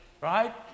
right